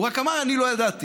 והוא רק אמר: אני לא ידעתי.